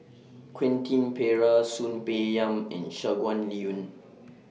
Quentin Pereira Soon Peng Yam and Shangguan Liuyun